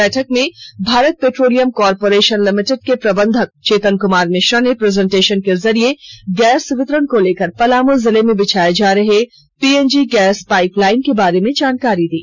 बैठक में Bharat petroleum corporation limited के प्रबंधक चेतन कुमार मिश्रा ने प्रजेंटेशन के जरिए गैस वितरण को लेकर पलामू जिला में बिछाया जा रहे हैं पीएनजी गैस पाइप लाइन के बारे में जानकारी दी